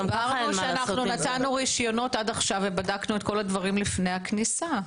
הסברנו שנתנו רשיונות עד עכשיו ובדקנו את כל הדברים לפני הכניסה.